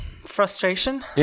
Frustration